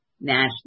national